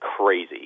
crazy